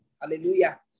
hallelujah